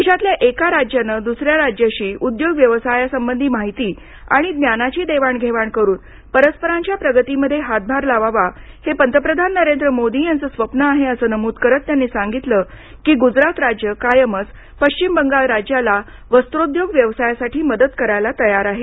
देशातल्या एका राज्याने दुसऱ्या राज्याशी उद्योग व्यवसायासंबधी माहिती आणि ज्ञानाची देवाण घेवाण करून परस्परांच्या प्रगतीमध्ये हातभार लावावा हे पंतप्रधान नरेंद्र मोदी यांचे स्वप्न आहे असं नमूद करत त्यांनी सांगितलं की गुजरात राज्य कायमच पश्चिम बंगाल राज्याला वस्रोद्योग व्यवसायासाठी मदत करायला तयार आहे